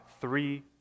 three